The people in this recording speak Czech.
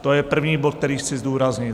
To je první bod, který chci zdůraznit.